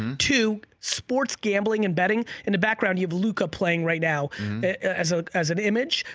and two, sports gambling and betting, and the background you have luca playing right now as ah as an image.